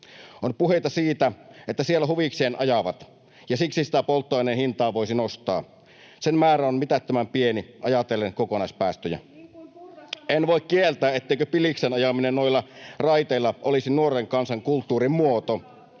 On puheita siitä, että siellä huvikseen ajavat, ja siksi sitä polttoaineen hintaa voisi nostaa. Sen määrä on mitättömän pieni ajatellen kokonaispäästöjä. [Anne Kalmarin välihuuto] En voi kieltää, etteikö piliksen ajaminen noilla raiteilla olisi nuoren kansan kulttuurimuoto.